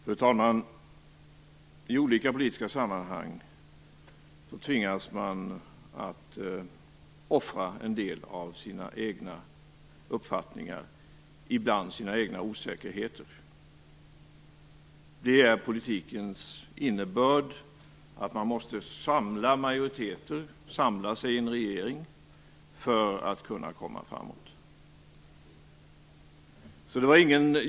Fru talman! I olika politiska sammanhang tvingas man att offra en del av sina egna uppfattningar, och ibland sina egna osäkerheter. Det är politikens innebörd att man måste samla majoriteter och samla sig i en regering för att kunna komma framåt.